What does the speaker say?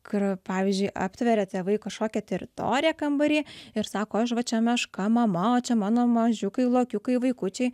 kur pavyzdžiui aptveria tėvai kažkokią teritoriją kambary ir sako aš va čia meška mama o čia mano mažiukai lokiukai vaikučiai